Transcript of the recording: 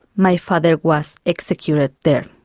my father was executed there.